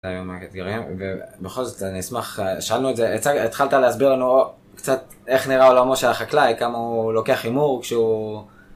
ובכל זאת אני אשמח, שאלנו את זה, התחלת להסביר לנו קצת איך נראה עולמו של החקלאי, כמה הוא לוקח הימור כשהוא